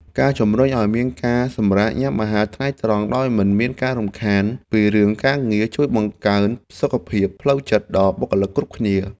ការជំរុញឱ្យមានការសម្រាកញ៉ាំអាហារថ្ងៃត្រង់ដោយមិនមានការរំខានពីរឿងការងារជួយបង្កើនសុខភាពផ្លូវចិត្តដល់បុគ្គលិកគ្រប់គ្នា។